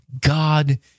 God